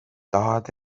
tahad